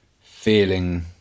feeling